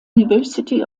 university